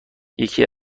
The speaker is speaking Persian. یکی